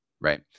right